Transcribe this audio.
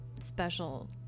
special